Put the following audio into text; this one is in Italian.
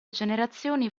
generazioni